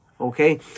Okay